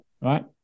right